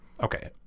Okay